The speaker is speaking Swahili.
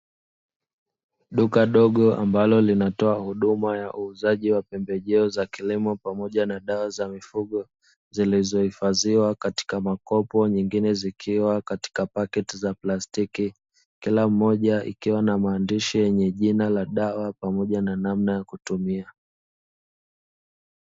Duka dogo ambalo linatoa huduma ya uuzaji wa pembejeo za kilimo pamoja na dawa za mifugo zilizohifadhiwa katika makopo na nyingine zikiwa katika pakiti za plastiki, kila moja ikiwa na maandishi yenye jina la dawa pamoja na namna ya kutumia.